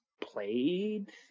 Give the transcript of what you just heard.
played